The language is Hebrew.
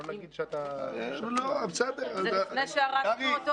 שלא נגיד שאתה --- זה לפני שהרסנו אותו או אחרי שהרסנו אותו?